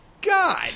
God